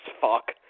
fuck